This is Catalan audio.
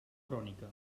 crònica